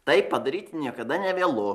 taip padaryti niekada nevėlu